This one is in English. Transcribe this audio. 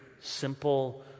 simple